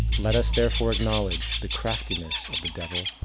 let us therefore acknowledge the craftiness of the devil,